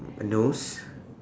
a nose